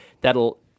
that'll